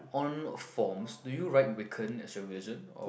on forms do you write weaken as your visions or